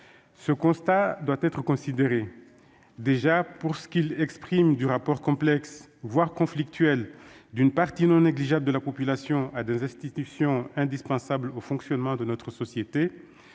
Ce constat doit être considéré, déjà, pour ce qu'il exprime du rapport complexe, voire conflictuel, d'une partie non négligeable de la population à des institutions indispensables au fonctionnement de notre société.